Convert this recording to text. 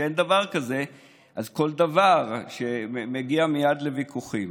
וכשאין דבר כזה אז כל דבר מגיע מייד לוויכוחים.